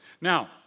Now